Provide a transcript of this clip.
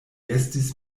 estis